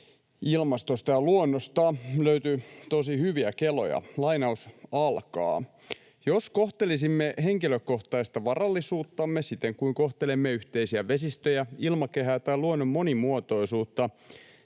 ilmastosta ja luonnosta, ja löytyi tosi hyviä keloja: ”Jos kohtelisimme henkilökohtaista varallisuuttamme siten kuin kohtelemme yhteisiä vesistöjä, ilmakehää tai luonnon monimuotoisuutta,